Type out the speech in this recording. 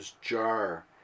jar